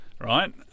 right